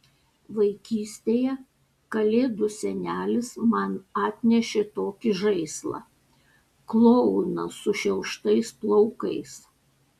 vaikystėje kalėdų senelis man atnešė tokį žaislą klouną sušiauštais plaukais